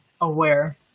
aware